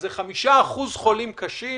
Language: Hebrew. כלומר יש 5% חולים קשים.